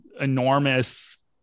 enormous